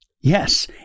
yes